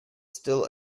still